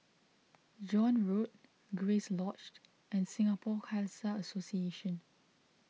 John Road Grace Lodged and Singapore Khalsa Association